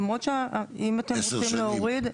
למרות שאם אתם רוצים להוריד.